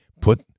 Put